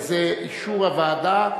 וזה אישור הוועדה.